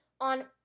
on